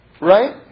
Right